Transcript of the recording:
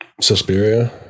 Suspiria